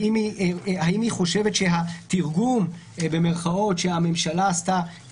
או למשל האם היא חושבת שהתרגום שהממשלה עשתה